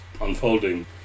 unfolding